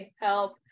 help